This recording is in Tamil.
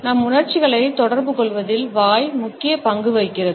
நம் உணர்ச்சிகளைத் தொடர்புகொள்வதில் வாய் முக்கிய பங்கு வகிக்கிறது